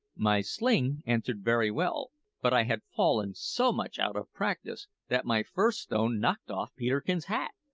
my sling answered very well but i had fallen so much out of practice that my first stone knocked off peterkin's hat,